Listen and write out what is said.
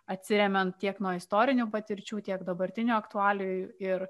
atsiremiant tiek nuo istorinių patirčių tiek dabartinių aktualijų ir